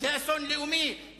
זה אסון היסטורי.